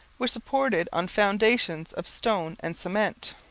were supported on foundations of stone and cement.